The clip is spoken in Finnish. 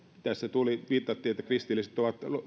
tässä viitattiin kristillisiin